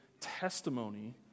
testimony